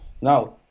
Now